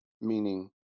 meaning